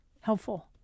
helpful